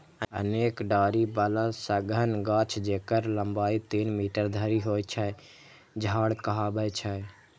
अनेक डारि बला सघन गाछ, जेकर लंबाइ तीन मीटर धरि होइ छै, झाड़ कहाबै छै